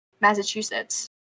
Massachusetts